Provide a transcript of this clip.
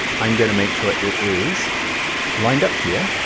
i'm gonna make sure it is lined up here,